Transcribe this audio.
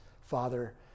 Father